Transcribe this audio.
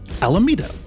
Alameda